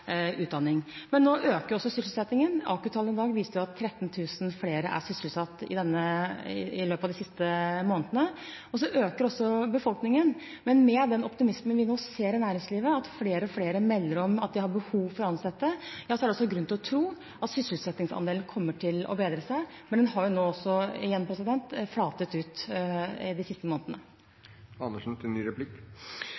utdanning. Men nå øker også sysselsettingen. AKU-tallene i dag viste at 13 000 flere er sysselsatt i løpet av de siste månedene, og så øker også befolkningen. Med den optimismen vi nå ser i næringslivet, at flere og flere melder om at de har behov for å ansette, er det også grunn til å tro at sysselsettingsandelen kommer til å bedre seg, men den har jo nå også igjen flatet ut de siste månedene.